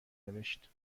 نوشت